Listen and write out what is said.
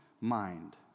mind